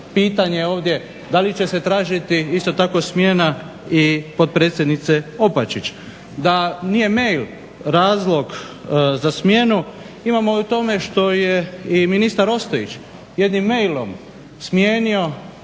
pitanje ovdje da li će se tražiti isto tako smjena i potpredsjednice Opačić? Da nije mail razlog za smjenu imamo u tome što je i ministar Ostojić jednim mailom smijenio